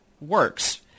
works